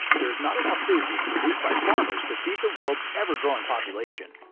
there is not enough food being produced by farmers to feed the world's ever growing population.